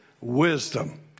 wisdom